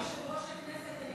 ביושבך כיושב-ראש הכנסת,